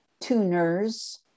Tuners